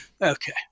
Okay